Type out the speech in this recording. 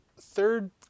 Third